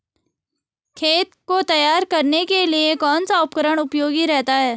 खेत को तैयार करने के लिए कौन सा उपकरण उपयोगी रहता है?